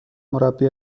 مربی